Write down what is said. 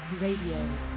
Radio